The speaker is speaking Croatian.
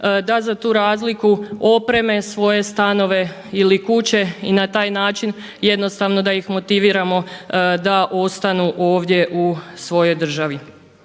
da za tu razliku opreme svoje stanove ili kuće i na taj način jednostavno da ih motiviramo da ostanu ovdje u svojoj državi.